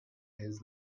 his